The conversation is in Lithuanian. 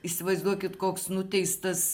įsivaizduokit koks nuteistas